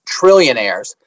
trillionaires